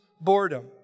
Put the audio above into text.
boredom